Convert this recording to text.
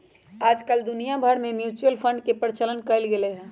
आजकल दुनिया भर में म्यूचुअल फंड के प्रचलन कइल गयले है